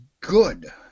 good